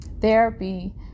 therapy